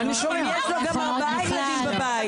אם יש לו גם ארבעה ילדים בבית.